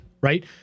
right